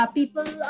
people